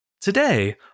Today